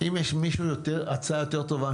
אם יש למישהו הצעה יותר טובה.